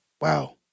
Wow